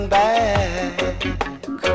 back